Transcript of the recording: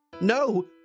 No